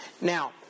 now